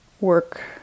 work